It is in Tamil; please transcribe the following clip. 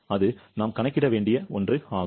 அது நாம் கணக்கிட வேண்டிய ஒன்று ஆகும்